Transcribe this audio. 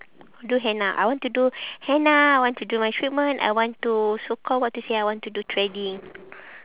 do henna I want to do henna I want to do my treatment I want to so call what to say I want to do threading